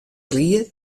ried